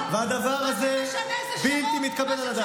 והדבר הזה בלתי מתקבל על הדעת.